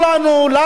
כשאנחנו היינו,